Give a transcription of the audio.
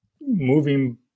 moving